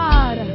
God